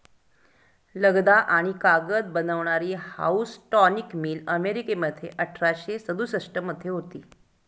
लगदा आणि कागद बनवणारी हाऊसटॉनिक मिल अमेरिकेमध्ये अठराशे सदुसष्ट मध्ये होती